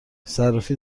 صرافی